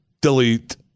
delete